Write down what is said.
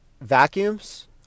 Vacuums